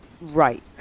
Right